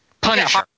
Punisher